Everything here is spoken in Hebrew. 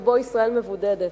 שבו ישראל מבודדת.